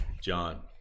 John